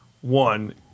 one